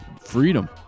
freedom